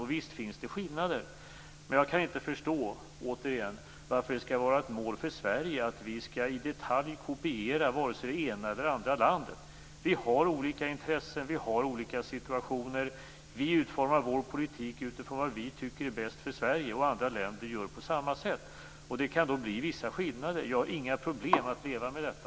Och visst finns det skillnader, men jag kan återigen inte förstå varför det skall vara ett mål för Sverige att i detalj kopiera det ena eller det andra landet. Vi har olika intressen och olika situationer. Vi utformar vår politik utifrån det som vi tycker är bäst för Sverige, och andra länder gör på sitt sätt. Det kan då bli vissa skillnader, men jag har inga problem att leva med detta.